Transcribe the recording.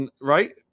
Right